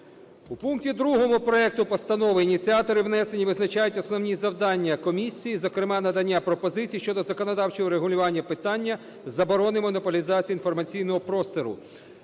У пункті 2 проекту постанови ініціатори внесення визначають основні завдання комісії, зокрема надання пропозицій щодо законодавчого врегулювання питання заборони монополізації інформаційного простору.